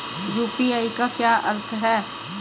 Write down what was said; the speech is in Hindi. यू.पी.आई का क्या अर्थ है?